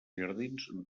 jardins